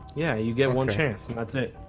yeah, you get one chance. that's it.